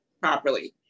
properly